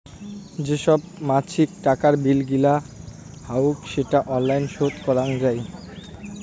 যে সব মাছিক টাকার বিল গিলা হউক সেটা অনলাইন শোধ করাং যাই